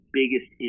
biggest